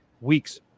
weeks